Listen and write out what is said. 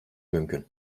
mümkün